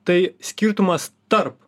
tai skirtumas tarp